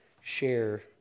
share